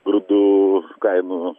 grūdų kainų